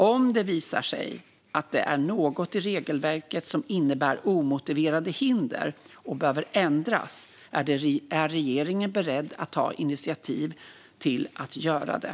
Om det visar sig att det är något i regelverket som innebär omotiverade hinder och behöver ändras är regeringen beredd att ta initiativ till att göra det.